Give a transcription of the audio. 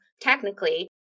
technically